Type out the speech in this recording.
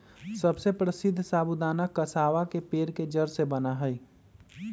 सबसे प्रसीद्ध साबूदाना कसावा पेड़ के जड़ से बना हई